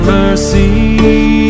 mercy